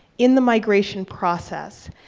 in the migration process,